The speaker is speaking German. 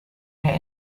der